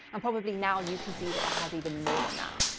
and probably now you can see that it has even more than that.